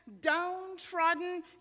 downtrodden